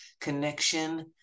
connection